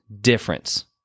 difference